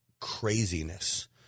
craziness